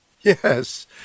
Yes